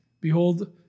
behold